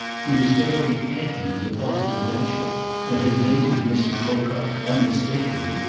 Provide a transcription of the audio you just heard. he was fairly panting with the pulse of adventure and had been with mrs. pocock, unmistakeably,